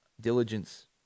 diligence